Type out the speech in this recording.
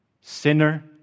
sinner